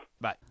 Bye